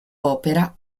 opera